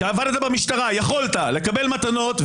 כשעבדת במשטרה יכולת לקבל מתנות,